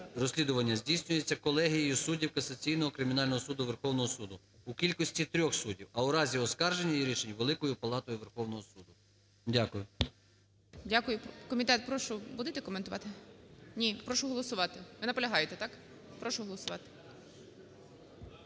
розслідування здійснюється колегією суддів Касаційного кримінального суду Верховного Суду у кількості трьох суддів, а в разі оскарження її рішень – Великою Палатою Верховного Суду. Дякую. ГОЛОВУЮЧИЙ. Дякую. Комітет, прошу. Будете коментувати? Ні. Прошу голосувати. Ви наполягаєте, так? Прошу голосувати.